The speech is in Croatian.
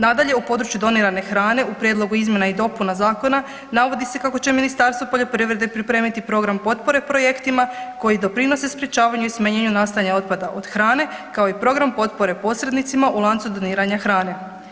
Nadalje, u području donirane hrane u prijedlogu izmjena i dopuna Zakona, navodi se kako će Ministarstvo poljoprivrede pripremiti Program potpore projektima koji doprinose sprječavanju i smanjenju nastajanja otpada od hrane kao i Program potpore posrednicima u lancu doniranja hrane.